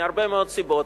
מהרבה מאוד סיבות,